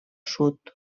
sud